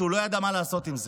שהוא לא ידע מה לעשות עם זה.